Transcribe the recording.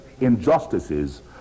injustices